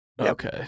Okay